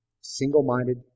Single-minded